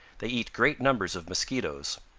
they eat great numbers of mosquitoes.